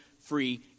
free